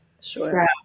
Sure